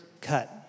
cut